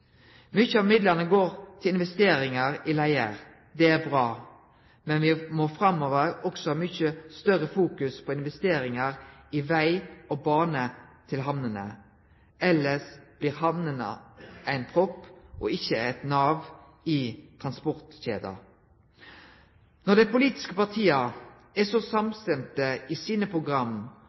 Mykje av midlane går til investeringar i leier, og det er bra. Men me må framover også ha eit mykje større fokus på investeringar i veg og bane til hamnene, elles blir hamnene ein propp og ikkje eit nav i transportkjeda. Når dei politiske partia er så samstemde i sine program